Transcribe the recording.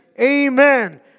Amen